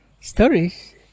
stories